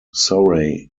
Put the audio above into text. surrey